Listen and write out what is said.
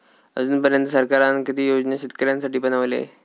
अजून पर्यंत सरकारान किती योजना शेतकऱ्यांसाठी बनवले?